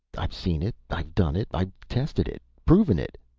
i've seen it, i've done it, i've tested it, proven it,